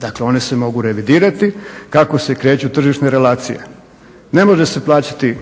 Dakle, one se mogu revidirati kako se kreću tržišne relacije. Ne može se plaćati